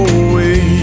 away